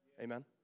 Amen